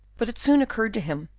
but it soon occurred to him,